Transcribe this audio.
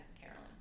Carolyn